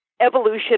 evolution